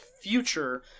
future